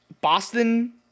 Boston